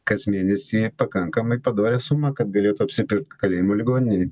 kas mėnesį pakankamai padorią sumą kad galėtų apsipirkt kalėjimo ligoninėje